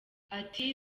ati